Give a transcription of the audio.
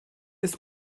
ist